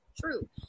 True